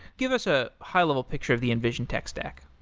give us a high level picture of the invision tech stack.